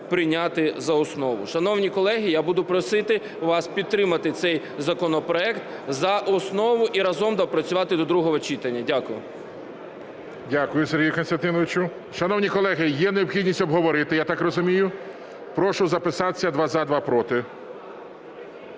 прийняти за основу. Шановні колеги, я буду просити вас підтримати цей законопроект за основу і разом доопрацювати до другого читання. Дякую. ГОЛОВУЮЧИЙ. Дякую, Сергій Костянтинович. Шановні колеги, є необхідність обговорити, я так розумію. Прошу записатися: два – за, два – проти.